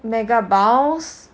mega bows